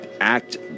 act